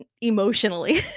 emotionally